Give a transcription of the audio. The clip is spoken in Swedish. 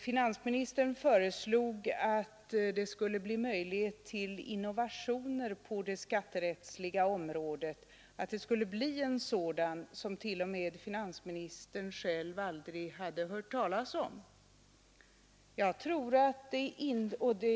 Finansministern föreslog att det skulle bli möjlighet till innovationer på det skatterättsliga området — och att det skulle bli en sådan innovation som t.o.m. finansministern själv aldrig hade hört talas om.